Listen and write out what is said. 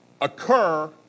occur